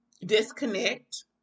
disconnect